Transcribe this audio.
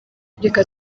reka